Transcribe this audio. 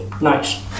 Nice